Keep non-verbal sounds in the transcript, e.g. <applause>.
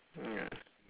<noise>